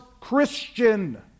Christian